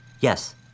Yes